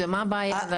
מה הבעיה?